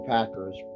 Packers